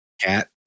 Cat